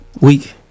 week